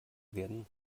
werden